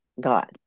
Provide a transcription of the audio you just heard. god